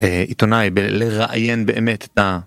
עיתונאי בלראיין באמת את ה...